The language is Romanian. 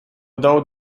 dau